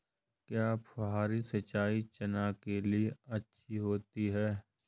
क्या फुहारी सिंचाई चना के लिए अच्छी होती है?